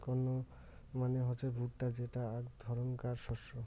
corn মানে হসে ভুট্টা যেটা আক ধরণকার শস্য